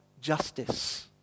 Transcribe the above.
justice